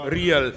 real